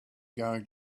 going